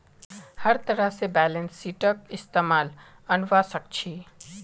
हर तरह से बैलेंस शीटक इस्तेमालत अनवा सक छी